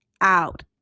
out